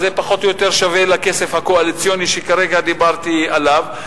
זה פחות או יותר שווה לכסף הקואליציוני שכרגע דיברתי עליו.